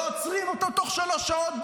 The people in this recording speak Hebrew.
לא עוצרים אותו תוך שלוש שעות?